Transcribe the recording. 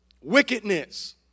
Wickedness